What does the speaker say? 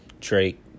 Drake